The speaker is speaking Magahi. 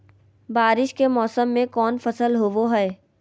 बारिस के मौसम में कौन फसल होबो हाय?